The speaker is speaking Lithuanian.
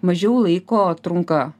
mažiau laiko trunka